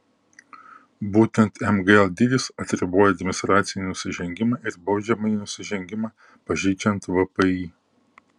būtent mgl dydis atriboja administracinį nusižengimą ir baudžiamąjį nusižengimą pažeidžiant vpį